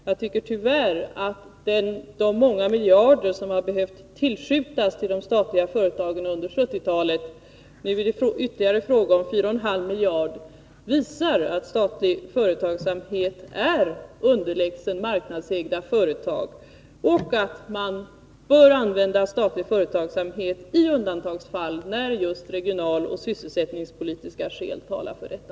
Jag tycker tyvärr att de många miljarder som under 1970-talet behövt tillskjutas till de statliga företagen — nu är det fråga om ytterligare 4,5 miljarder — visar att statliga företag är underlägsna marknadsägda företag och att man bör använda statlig företagsamhet i undantagsfall när regionaloch sysselsättningspolitiska skäl talar för detta.